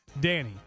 Danny